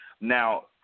Now